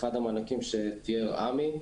אחד המענקים שתיאר עמי,